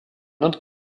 autre